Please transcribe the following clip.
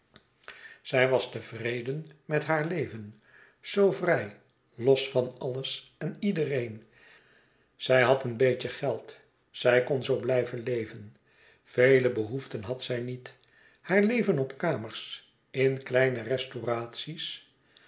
zij was tevreden met haar leven zoo vrij los van alles en iedereen zij had een beetje geld zij kon zoo blijven leven vele behoeften had zij niet haar leven op kamers in kleine restauraties